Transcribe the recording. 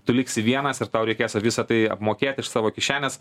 tu liksi vienas ir tau reikės a visa tai apmokėt iš savo kišenės